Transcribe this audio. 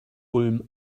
ulm